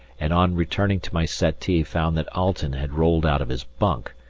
and on returning to my settee found that alten had rolled out of his bunk,